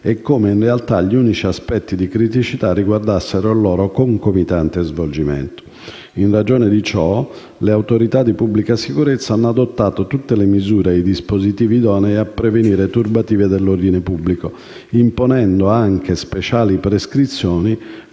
e come, in realtà, gli unici aspetti di criticità riguardassero il loro concomitante svolgimento. In ragione di ciò, le autorità di pubblica sicurezza hanno adottato tutte le misure e i dispositivi idonei a prevenire turbative dell'ordine pubblico, imponendo anche speciali prescrizioni